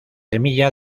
semilla